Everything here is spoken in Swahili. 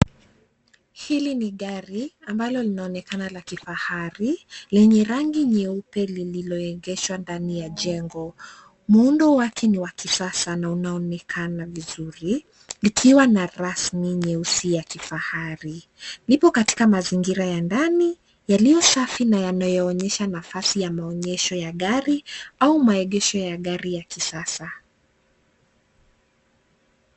Hili ni gari ambalo linaonekana la kifahari lenye rangi nyeupe lililoegeshwa ndani ya jengo. Muundo wake ni wa kisasa na unaonekana vizuri likiwa na rasmi nyeusi ya kifahari. Lipo katika mazingira ya ndani yaliyo safi na yanayoonyesha nafasi ya maonyesho ya gari au maegesho ya gari ya kisasa.